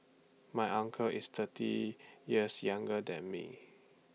my uncle is thirty years younger than me